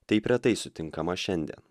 taip retai sutinkama šiandien